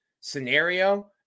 scenario